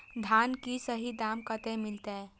धान की सही दाम कते मिलते?